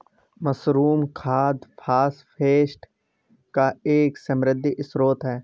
mushroom खाद phosphate का एक समृद्ध स्रोत है